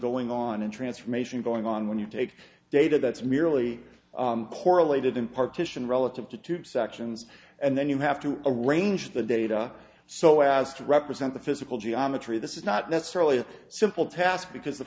going on a transformation going on when you take data that's merely correlated and partition relative to two sections and then you have to arrange the data so as to represent the physical geometry this is not necessarily a simple task because the